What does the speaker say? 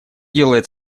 делает